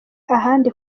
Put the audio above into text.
ahandi